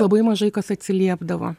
labai mažai kas atsiliepdavo